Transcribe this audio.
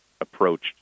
approached